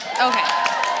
Okay